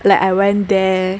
like I went there